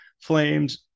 flames